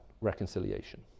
reconciliation